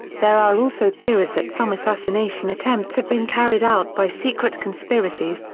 there are also theories that some assassination attempts have been carried out by secret conspiracies,